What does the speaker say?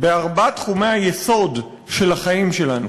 בארבעת תחומי היסוד של החיים שלנו: